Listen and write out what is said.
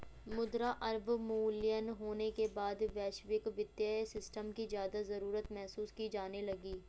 मुद्रा अवमूल्यन होने के बाद वैश्विक वित्तीय सिस्टम की ज्यादा जरूरत महसूस की जाने लगी